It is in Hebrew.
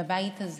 בבית הזה